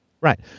Right